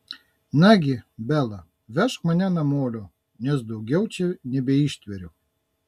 nagi bela vežk mane namolio nes daugiau čia nebeištveriu